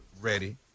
Ready